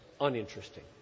uninteresting